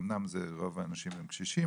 אומנם רוב האנשים הם קשישים,